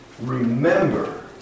Remember